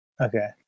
Okay